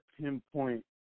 pinpoint